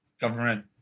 government